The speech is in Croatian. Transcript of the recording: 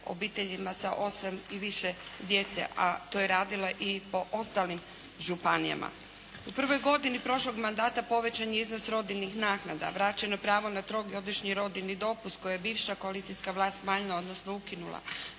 obiteljima sa osam i više djece, a to je radila i po ostalim županijama. U prvoj godini prošlog mandata povećan je iznos rodiljnih naknada, vraćeno pravo na trogodišnji rodiljni dopust koji je bivša koalicijska vlast smanjila odnosno ukinula.